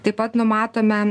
taip pat numatome